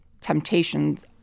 temptations